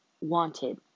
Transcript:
wanted